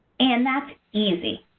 and that's easy.